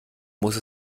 muss